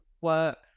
work